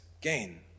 gain